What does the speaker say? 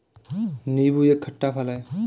नीबू एक खट्टा फल है